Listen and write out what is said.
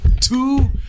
two